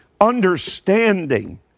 understanding